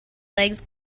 legs